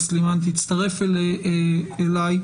תומא סלימאן תצטרף אלי,